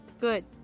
Good